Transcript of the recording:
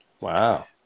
Wow